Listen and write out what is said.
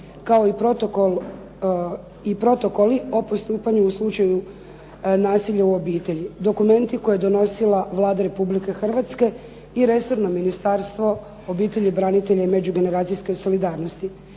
godine. kao i protokoli o postupanju u slučaju nasilja u obitelji, dokumenti koje je donosila Vlada Republike Hrvatske i resorno Ministarstvo obitelji, branitelja i međugeneracijske solidarnosti.